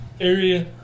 area